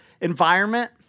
environment